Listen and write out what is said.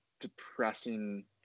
depressing